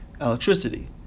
electricity